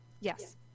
Yes